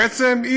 בעצם היא